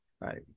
Right